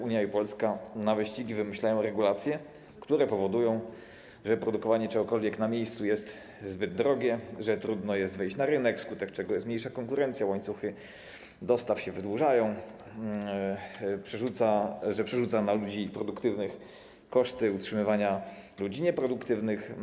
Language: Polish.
Unia i Polska na wyścigi wymyślają regulacje, które powodują, że wyprodukowanie czegokolwiek na miejscu jest zbyt drogie, że trudno jest wejść na rynek, wskutek czego jest mniejsza konkurencja i wydłużają się łańcuchy dostaw, że przerzuca się na ludzi produktywnych koszty utrzymywania ludzi nieproduktywnych.